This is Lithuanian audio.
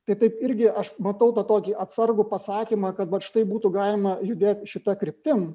tai taip irgi aš matau tą tokį atsargų pasakymą kad štai būtų galima judėt šita kryptim